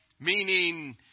meaning